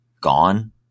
gone